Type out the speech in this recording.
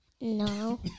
No